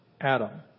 Adam